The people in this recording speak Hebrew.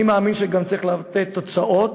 אני מאמין שצריך לתת גם תוצאות,